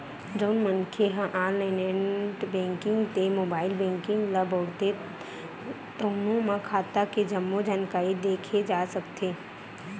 जउन मनखे ह ऑनलाईन नेट बेंकिंग ते मोबाईल बेंकिंग ल बउरथे तउनो म खाता के जम्मो जानकारी देखे जा सकथे